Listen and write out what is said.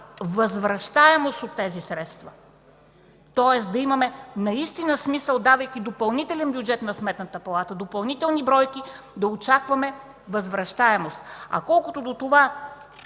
възвръщаемост на тези средства, тоест наистина да има смисъл, давайки допълнителен бюджет на Сметната палата, допълнителни бройки, да очакваме възвращаемост. Колкото до това,